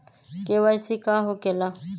KYC का हो के ला?